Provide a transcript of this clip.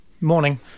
morning